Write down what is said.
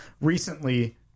Recently